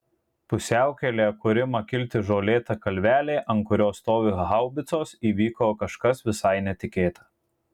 pusiaukelėje kur ima kilti žolėta kalvelė ant kurios stovi haubicos įvyko kažkas visai netikėta